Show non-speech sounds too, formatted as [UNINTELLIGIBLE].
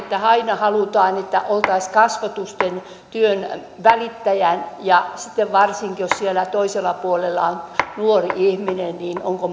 aina halutaan että oltaisiin kasvotusten työnvälittäjän kanssa varsinkin jos siellä toisella puolella on nuori ihminen niin onko [UNINTELLIGIBLE]